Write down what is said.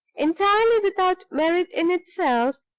entirely without merit in itself,